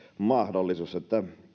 mahdollisuus